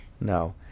No